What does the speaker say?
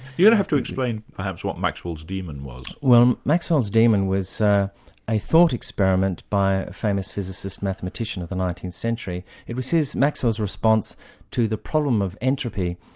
and have to explain perhaps what maxwell's demon was. well, um maxwell's demon was a thought experiment by a famous physicist-mathematician of the nineteenth century. it was his, maxwell's response to the problem of entropy.